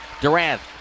Durant